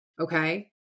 okay